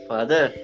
Father